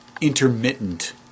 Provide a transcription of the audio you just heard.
intermittent